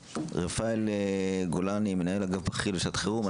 רפאל גולני, מנהל אגף בכיר לשעת חירום.